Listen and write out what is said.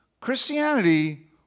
Christianity